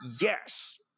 Yes